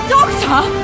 Doctor